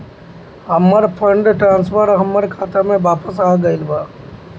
हमर fund transfer हमर खाता में वापस आ गईल बा